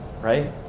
Right